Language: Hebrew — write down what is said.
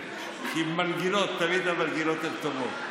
כי המנגינות, תמיד המנגינות הן טובות.